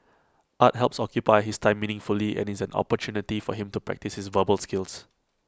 art helps occupy his time meaningfully and is an opportunity for him to practise his verbal skills